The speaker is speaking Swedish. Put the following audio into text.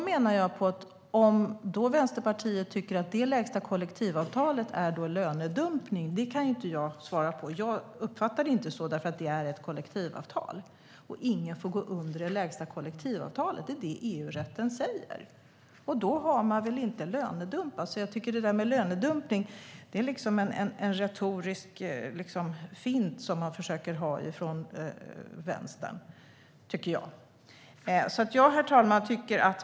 Menar då Vänsterpartiet att det lägsta kollektivavtalet är lönedumpning? Det kan inte jag svara för. Jag uppfattar det inte så, för det är ett kollektivavtal. EU-rätten säger alltså att ingen får gå under det lägsta kollektivavtalet. Då har man väl inte lönedumpat? Talet om lönedumpning är en retorisk fint som Vänstern försöker sig på. Herr talman!